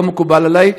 לא מקובל עלי.